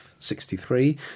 63